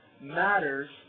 matters